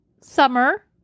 summer